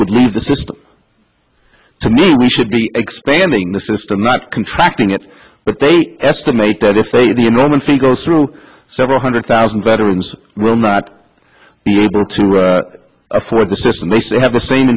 would leave the system to me we should be expanding the system not contracting it but they estimate that if they do you normally see go through several hundred thousand veterans will not be able to afford the system they still have the same